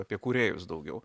apie kūrėjus daugiau